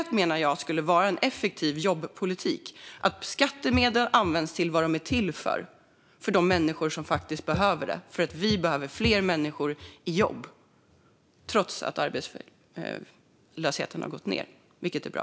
Därför menar jag att det skulle vara effektiv jobbpolitik att använda skattemedel till vad de är till för, till de människor som faktiskt behöver dem, eftersom vi behöver fler människor i jobb - trots att arbetslösheten gått ned, vilket är bra.